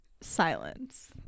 Silence